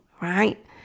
right